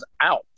out